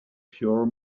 pure